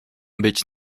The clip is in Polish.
być